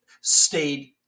stayed